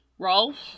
Rolf